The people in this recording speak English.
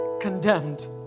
condemned